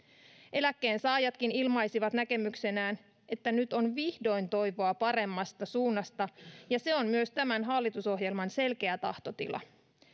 eläkkeensaajatkin ilmaisivat näkemyksenään että nyt on vihdoin toivoa paremmasta suunnasta ja se on myös tämän hallitusohjelman selkeä tahtotila